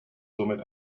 somit